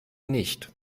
nicht